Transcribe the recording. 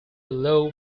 low